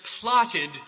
plotted